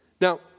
Now